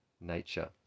nature